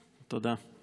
תודה.